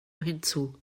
hinzu